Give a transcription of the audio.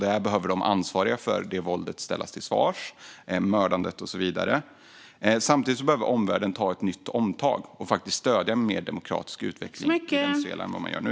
De ansvariga för våldet och mördandet behöver ställas till svars. Samtidigt behöver omvärlden ta ett nytt omtag och faktiskt stödja en mer demokratisk utveckling i Venezuela i högre grad än vad man gör nu.